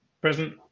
present